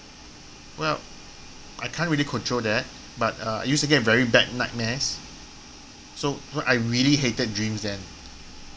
well I can't really control that but uh I used to get very bad nightmares so so I really hated dreams then